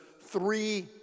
three